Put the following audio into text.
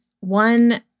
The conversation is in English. One